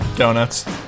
Donuts